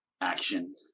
action